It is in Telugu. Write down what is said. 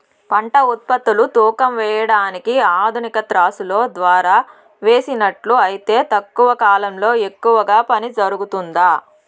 పంట ఉత్పత్తులు తూకం వేయడానికి ఆధునిక త్రాసులో ద్వారా వేసినట్లు అయితే తక్కువ కాలంలో ఎక్కువగా పని జరుగుతుందా?